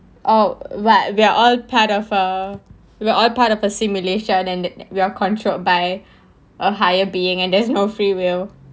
oh what we are all part of a we're all part of a simulation and we are controlled by a higher being and there's no free will